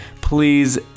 Please